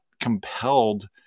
compelled